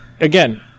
Again